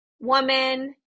woman